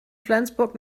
flensburg